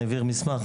העביר מסמך.